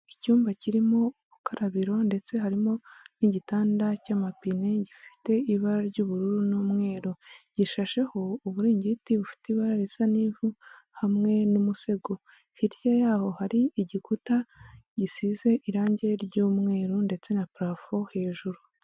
Icyumba kirimo urukarabiro ndetse harimo n'igitanda cy'amapine gifite ibara ry'ubururu n'umweru gishasheho uburingiti bufite ibara risa n'ivu hamwe n'umusego hirya yaho hari igikuta gisize irangi ry'umweru ndetse na parafo hejuru.